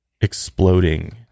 exploding